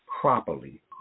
properly